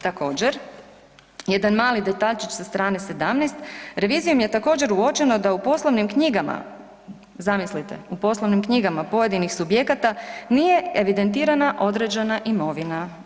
Također, jedan mali detaljčić sa strane 17., revizijom je također, uočeno da u poslovnim knjigama, zamislite, u poslovnim knjigama pojedinih subjekata nije evidentirana određena imovina.